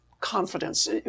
confidence